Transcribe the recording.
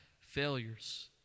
failures